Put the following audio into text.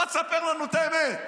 בוא תספר לנו את האמת.